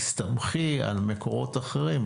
תסתמכי על מקורות אחרים,